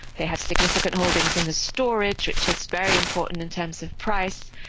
they have significant holdings in the storage which is very important in terms of price.